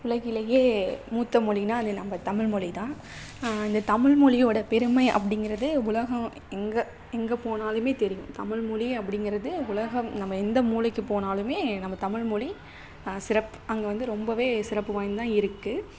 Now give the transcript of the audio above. உலகிலேயே மூத்த மொழினா அது நம்ம தமிழ் மொழி தான் அந்த தமிழ் மொழியோட பெருமை அப்படிங்குறது உலகம் எங்கே எங்கே போனாலுமே தெரியும் தமிழ் மொழி அப்படிங்கிறது உலகம் நம்ம எந்த மூளைக்கு போனாலுமே நம்ம தமிழ் மொழி சிறப் அங்கே வந்து சிறப்பு வாய்ந்துதான் இருக்குது